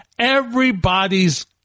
Everybody's